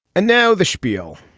and now the schpiel.